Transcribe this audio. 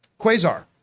Quasar